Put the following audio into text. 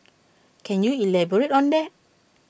can you elaborate on that